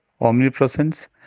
omnipresence